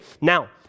Now